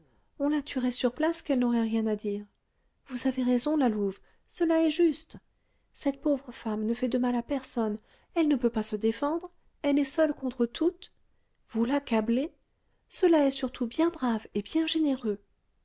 on la tuerait sur place qu'elle n'aurait rien à dire vous avez raison la louve cela est juste cette pauvre femme ne fait de mal à personne elle ne peut pas se défendre elle est seule contre toutes vous l'accablez cela est surtout bien brave et bien généreux